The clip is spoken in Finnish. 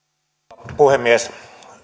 arvoisa rouva puhemies